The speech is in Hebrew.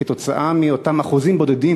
כתוצאה מאותם אחוזים בודדים,